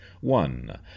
One